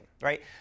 right